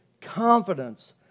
confidence